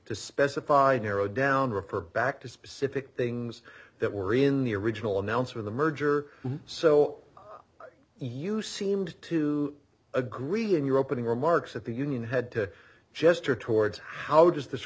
to specified narrow down refer back to specific things that were in the original announcer the merger so you seemed to agree in your opening remarks at the union had to gesture towards how does this